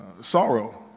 sorrow